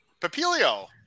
Papilio